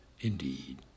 Indeed